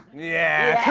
yeah,